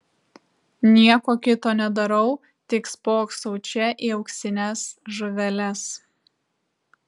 nieko kito nedarau tik spoksau čia į auksines žuveles